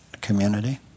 community